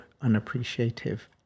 unappreciative